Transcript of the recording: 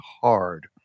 hard